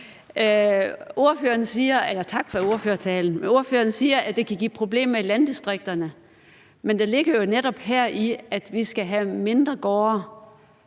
Tak for ordførertalen. Ordføreren siger, at det kan give problemer i landdistrikterne, men der ligger jo netop heri, at vi skal have mindre gårde